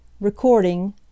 Recording